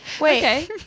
Wait